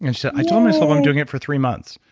and said, i told myself i'm doing it for three months.